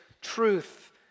truth